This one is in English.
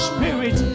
Spirit